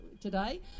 today